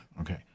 okay